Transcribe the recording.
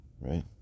right